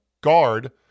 guard